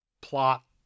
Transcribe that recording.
plot